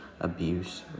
abuse